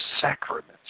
sacraments